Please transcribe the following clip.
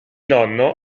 nonno